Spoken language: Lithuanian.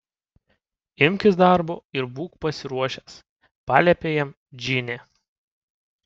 imkis darbo ir būk pasiruošęs paliepė jam džinė